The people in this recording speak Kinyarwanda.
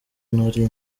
nari